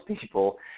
people